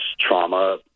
trauma